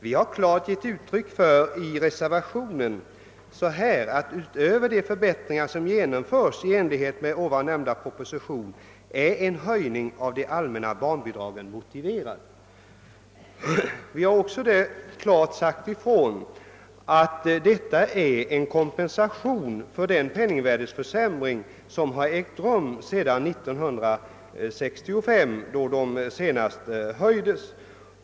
Vi har klart gett uttryck för vår uppfattning i reservationen, där det står: »Utöver de förbättringar som genomförs i enlighet med ovan nämnda proposition är en höjning av de allmänna barnbidragen motiverad.» Vi har där också klart sagt ifrån, att detta är en kompensation för den penningvärdeförsämring som har ägt rum sedan 1965, då barnbidragen senast höjdes.